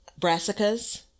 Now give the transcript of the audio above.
brassicas